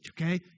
okay